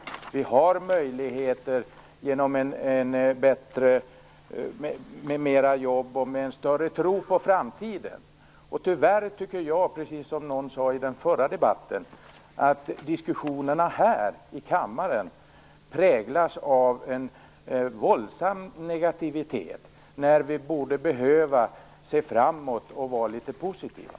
Det finns alltså möjligheter genom fler jobb och en större tro på framtiden. Tyvärr präglas diskussionerna i denna kammare, precis som någon sade i förra debatten här, av en våldsam negativitet. I stället borde vi ju se framåt och vara litet positiva.